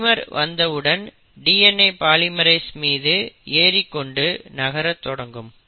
primer வந்த உடன் DNA polymerase மீது எறிக்கொண்டு நகரத்தொடங்கும்